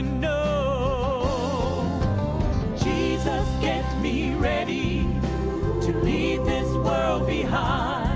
know jesus get me ready to leave this world behind